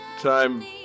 Time